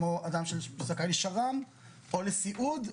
כמו אדם שזכאי לשר"מ או לסיעוד,